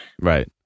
Right